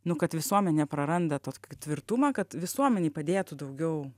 nu kad visuomenė praranda tokį tvirtumą kad visuomenei padėtų daugiau